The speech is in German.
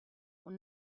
und